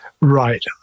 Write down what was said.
Right